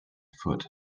foot